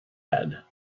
had